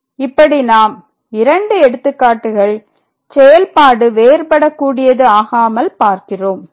இப்படி நாம் 2 எடுத்துக்காட்டுகள் செயல்பாடு வேறுபடக்கூடியது ஆகாமல் பார்க்கிறோம்